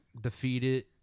defeated